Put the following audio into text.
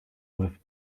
with